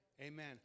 Amen